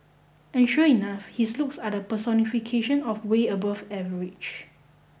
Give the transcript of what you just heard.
and sure enough his looks are the personification of way above average